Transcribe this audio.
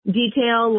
detail